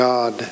God